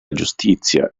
giustizia